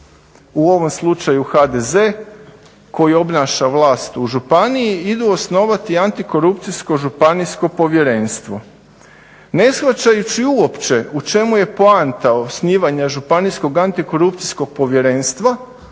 u ovom slučaju HDZ, koji obnaša vlast u županiji, idu osnovati antikorupcijsko županijsko povjerenstvo neshvaćajući uopće u čemu je poanta osnivanja županijskog antikorupcijskog povjerenstva